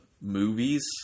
movies